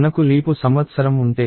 మనకు లీపు సంవత్సరం ఉంటే